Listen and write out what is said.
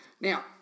Now